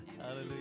hallelujah